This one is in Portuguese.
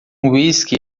uísque